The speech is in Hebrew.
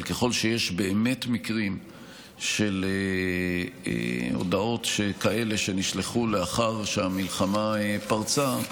אבל ככל שיש באמת מקרים של הודעות כאלה שנשלחו לאחר שהמלחמה פרצה,